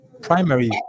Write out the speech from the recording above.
primary